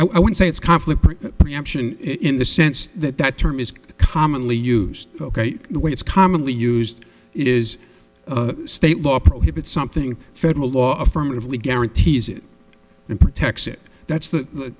i would say it's conflict preemption in the sense that that term is commonly used ok the way it's commonly used it is state law prohibits something federal law affirmatively guarantees it and protects it that's the